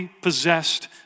possessed